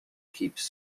keeps